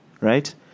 right